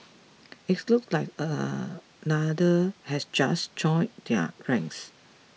its looks like another has just joined their ranks